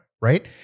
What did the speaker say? right